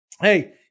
Hey